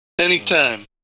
Anytime